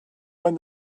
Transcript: when